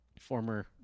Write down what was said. former